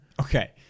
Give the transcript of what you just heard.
Okay